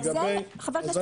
את זה חבר